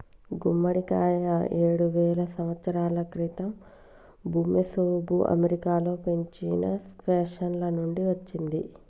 గుమ్మడికాయ ఏడువేల సంవత్సరాల క్రితం ఋమెసోఋ అమెరికాలో పెంచిన స్క్వాష్ల నుండి వచ్చింది